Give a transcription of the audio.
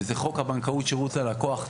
וזה חוק הבנקאות שירות ללקוח,